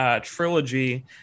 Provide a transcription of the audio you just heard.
trilogy